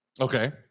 Okay